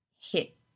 hit